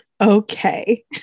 Okay